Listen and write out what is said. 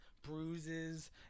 Bruises